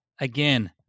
Again